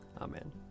Amen